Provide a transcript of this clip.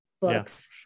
books